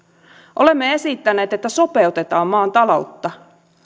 olemme esittäneet että sopeutetaan maan taloutta